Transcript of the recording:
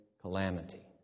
calamity